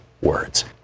words